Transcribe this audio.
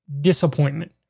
disappointment